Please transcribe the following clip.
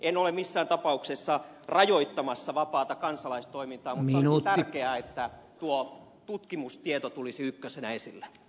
en ole missään tapauksessa rajoittamassa vapaata kansalaistoimintaa mutta olisi tärkeää että tuo tutkimustieto tulisi ykkösenä esille